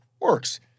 works